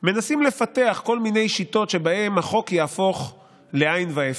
מנסים לפתח כל מיני שיטות שבהן החוק יהפוך לאין ואפס.